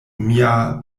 mia